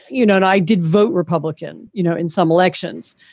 you know, i did vote republican, you know, in some elections.